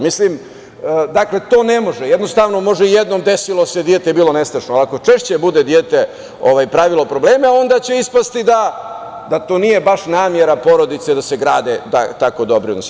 Mislim to ne može, jednostavno može jednom desilo se dete bilo nestašno, ali ali ako šeće bude dete pravilo probleme onda će ispasti da to nije baš namera porodice da se grade tako dobri odnosi.